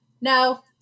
no